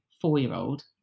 four-year-old